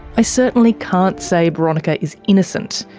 i certainly can't say boronika is innocent.